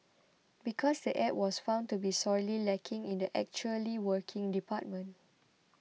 because the app was found to be sorely lacking in the 'actually working' department